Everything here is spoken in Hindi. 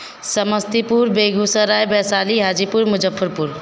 समस्तीपुर बेगुसराय वैशाली हाजीपुर मुजफ़्फ़रपुर